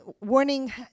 warning